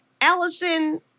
Allison